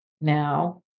now